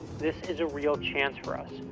this is a real chance for us,